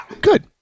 Good